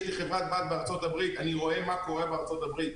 יש לי חברת בת בארצות הברית ואני רואה מה קורה בארצות הברית,